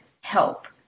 help